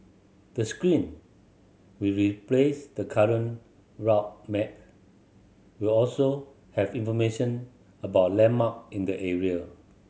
the screen replace the current route map will also have information about landmark in the area